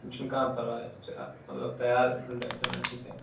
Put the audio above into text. وَنۍ چھُنہٕ کانٛہہ پرواے مَطلب تَیار یِتھ ٹٮ۪نشن وٮ۪نشن کینٛہہ